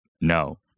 no